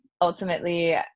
ultimately